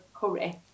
curry